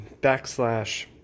backslash